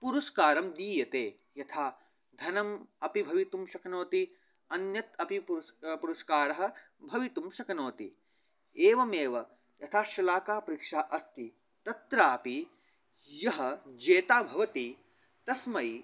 पुरस्कारः दीयते यथा धनम् अपि भवितुं शक्नोति अन्यत् अपि पुरुस् पुरस्कारः भवितुं शक्नोति एवमेव यथा शलाकापरीक्षा अस्ति तत्रापि यः जेता भवति तस्मै